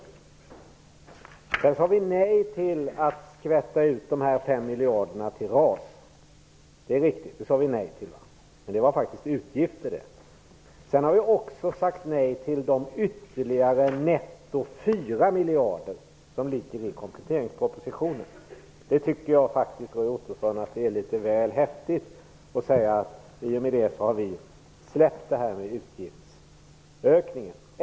Det är riktigt att vi sedan sade nej till att skvätta ut 5 miljarder till RAS, men det var faktiskt utgifter. Vi har också sagt nej till de ytterligare 4 miljarder netto som ligger i kompletteringspropositionen. Jag tycker faktiskt, Roy Ottosson, att det är litet väl häftigt att säga att vi i och med det har släppt det här med utgiftsökningen.